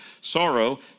sorrow